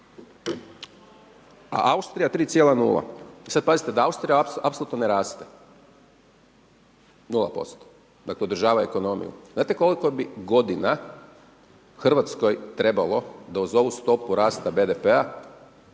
a Austrija 3,0. I sada pazite da Austrija apsolutno ne raste, 0%, …/Govornik se ne razumije./… ekonomiju. Znate koliko bi godina Hrvatskoj trebalo da uz ovu stopu rasta BDP-a